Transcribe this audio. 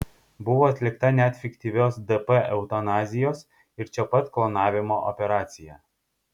buvo atlikta net fiktyvios dp eutanazijos ir čia pat klonavimo operacija